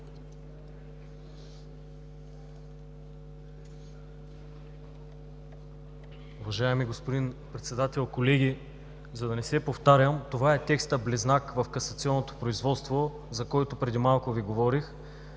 Уважаеми господин Председател, колеги! За да не се повтарям, това е текстът близнак в касационното производство, за който преди малко Ви говорих.